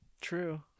true